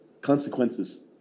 consequences